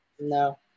No